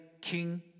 king